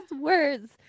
words